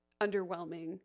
underwhelming